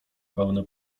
pełne